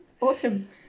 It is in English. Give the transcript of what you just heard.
autumn